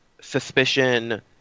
suspicion